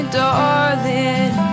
darling